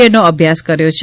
એડનો અભ્યાસ કર્યો છે